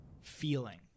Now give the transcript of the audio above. feeling